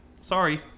Sorry